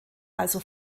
also